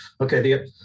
Okay